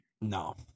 No